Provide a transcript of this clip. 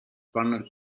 partner